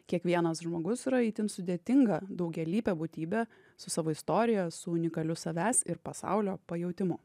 kiekvienas žmogus yra itin sudėtinga daugialypė būtybė su savo istorija su unikaliu savęs ir pasaulio pajautimu